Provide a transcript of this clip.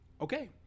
okay